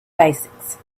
basics